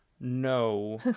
no